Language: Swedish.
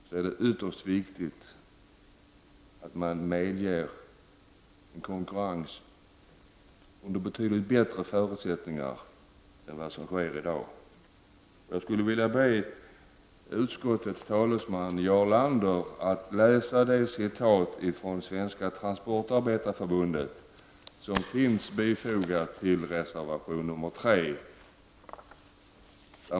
Det är ytterst viktigt att man medger konkurrens under betydligt bättre förutsättningar än vad som sker i dag. Jag skulle vilja be utskottets talesman Jarl Lander att läsa det citat ifrån Svenska transportarbetareförbundet som tas upp i reservation nr 3.